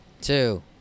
Two